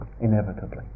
inevitably